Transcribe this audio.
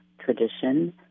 tradition